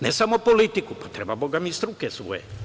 Ne samo politiku, treba bogami i struke svoje.